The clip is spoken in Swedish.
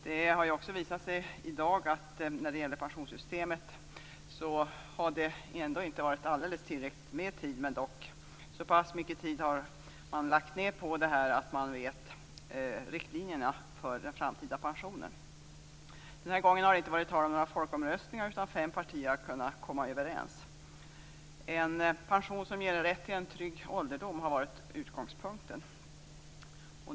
Det har i dag visat sig att det när det gäller pensionssystemet ändå inte har funnits tillräckligt med tid. Dock har man lagt ned så pass mycket tid på detta att man vet riktlinjerna för den framtida pensionen. Den här gången har det dock inte varit tal om någon folkomröstning, utan fem partier har kunnat komma överens. En pension som ger rätt till en trygg ålderdom har varit utgångspunkten.